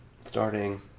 Starting